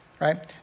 right